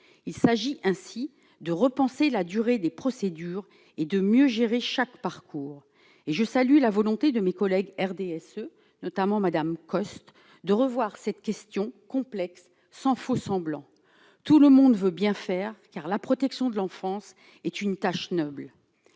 il s'agit ainsi de repenser la durée des procédures et de mieux gérer chaque parcours et je salue la volonté de mes collègues RDSE notamment Madame Coste de revoir cette question complexe sans faux-semblants, tout le monde veut bien faire, car la protection de l'enfance est une tâche noble